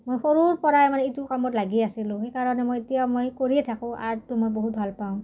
মই সৰুৰ পৰাই মানে এইটো কামত লাগি আছিলোঁ সেইকাৰণে মই এতিয়া মই কৰিয়ে থাকোঁ আৰ্টটো মই বহুত ভাল পাওঁ